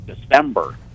December